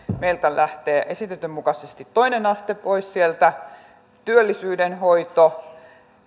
meiltä lähtee esitetyn mukaisesti toinen aste pois sieltä työllisyyden hoito